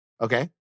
Okay